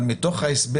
אבל הוא מחזק